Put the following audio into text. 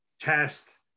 test